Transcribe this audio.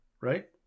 right